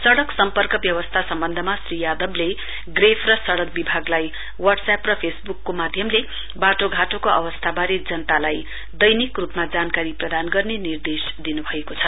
सड़क सम्पर्क व्यवस्था सम्वन्धमा श्री यादवले ग्रेफ र सड़क विभागलाई वाट्सएप र फेसवुकको माध्यमले बाटोघाटोको अवस्थाबारे जनतालाई दैनिक रूपमा जानकारी प्रदान गर्ने निर्देश दिनु भएको छ